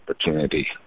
opportunity